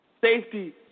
Safety